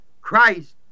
christ